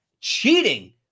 cheating